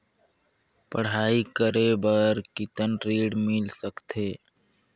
पढ़ाई करे बार कितन ऋण मिल सकथे?